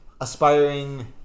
aspiring